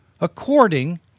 according